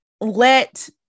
let